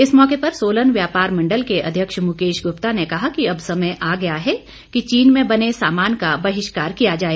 इस मौके पर सोलन व्यापार मंडल के अध्यक्ष मुकेश गुप्ता ने कहा कि अब समय आ गया है कि चीन में बने सामान का बहिष्कार किया जाए